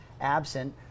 absent